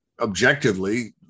objectively